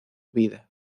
vida